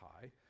High